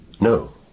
No